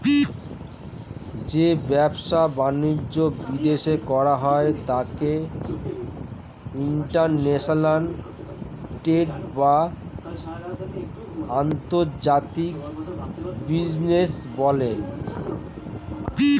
যে ব্যবসা বাণিজ্য বিদেশে করা হয় তাকে ইন্টারন্যাশনাল ট্রেড বা আন্তর্জাতিক বাণিজ্য বলে